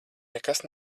nekas